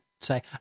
say